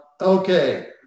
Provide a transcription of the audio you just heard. okay